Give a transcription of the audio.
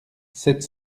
sept